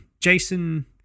Jason